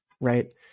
Right